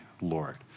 Lord